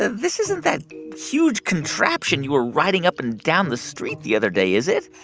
ah this isn't that huge contraption you were riding up and down the street the other day, is it?